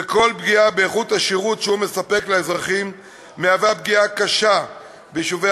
וכל פגיעה באיכות השירות שהוא נותן לאזרחים היא פגיעה קשה ביישובי